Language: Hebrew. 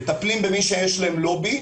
מטפלים במי שיש לו לובי,